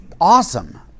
awesome